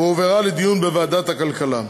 והועברה לדיון בוועדת הכלכלה.